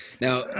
Now